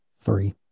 three